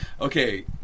Okay